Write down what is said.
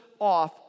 off